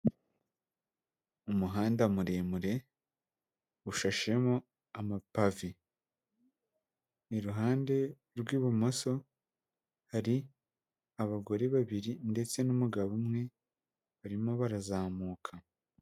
Umuhanda muremure ushashemo amapave, iruhande rw'ibumoso hari abagore babiri ndetse n'umugabo umwe barimo barazamuka.